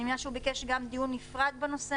אני מבינה שהוא ביקש דיון נפרד בנושא.